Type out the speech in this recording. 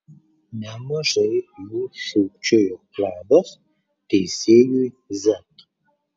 nemažai jų šūkčiojo labas teisėjui z